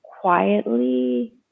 quietly